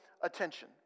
attention